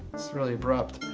it's really abrupt.